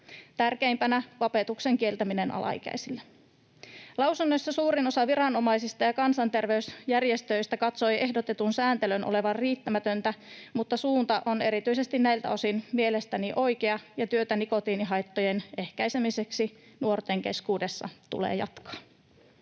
tärkeimpänä vapetuksen kieltäminen alaikäisiltä. Lausunnoissa suurin osa viranomaisista ja kansanterveysjärjestöistä katsoi ehdotetun sääntelyn olevan riittämätöntä, mutta suunta on erityisesti näiltä osin mielestäni oikea, ja työtä nikotiinihaittojen ehkäisemiseksi nuorten keskuudessa tulee jatkaa.